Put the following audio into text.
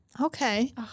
Okay